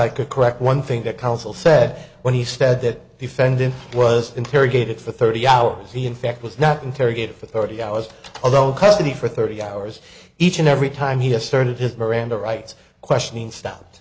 i could correct one thing that counsel said when he said that defendant was interrogated for thirty hours he in fact was not interrogated for thirty hours although custody for thirty hours each and every time he asserted his miranda rights questioning stopped